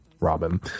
Robin